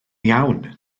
iawn